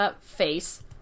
face